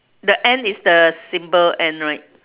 the and is the symbol and right